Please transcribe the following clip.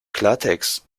klartext